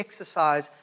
exercise